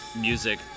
music